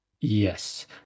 Yes